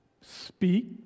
speak